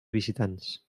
visitants